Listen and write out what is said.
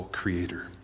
creator